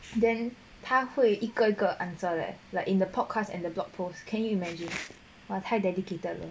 then 他会一个一个 answer leh like in the podcast and the blog post can you imagine 哇太 dedicated 了